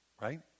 Right